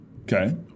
Okay